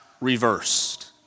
reversed